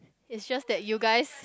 it's just that you guys